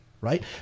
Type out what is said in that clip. right